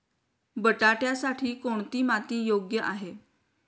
बटाट्यासाठी कोणती माती योग्य आहे?